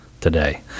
today